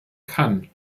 kann